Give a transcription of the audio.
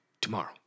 tomorrow